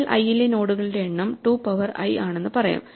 level i ലെ നോഡുകളുടെ എണ്ണം 2 പവർ i ആണെന്ന് പറയാം